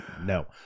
No